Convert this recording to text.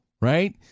right